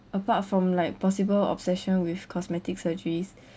apart from like possible obsession with cosmetic surgeries